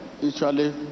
usually